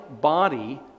body